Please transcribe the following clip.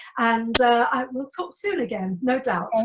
and we'll talk soon again, no doubt.